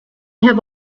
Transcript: have